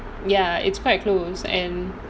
ya it's quite close and